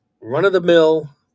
run-of-the-mill